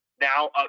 now